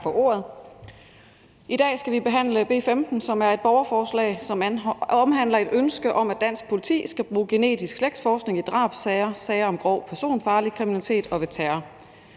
I dag skal vi behandle B 15, som udspringer af et borgerforslag, som omhandler et ønske om, at dansk politi skal bruge genetisk slægtsforskning i drabssager, sager om grov personfarlig kriminalitet og ved terror,